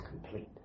complete